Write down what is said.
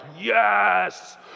yes